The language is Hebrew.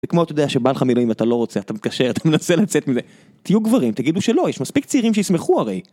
זה כמו אתה יודע שבא לך מילואים, ואתה לא רוצה, אתה מתקשר, אתה מנסה לצאת מזה, תהיו גברים, תגידו שלא, יש מספיק צעירים שישמחו הרי.